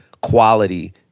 quality